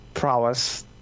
prowess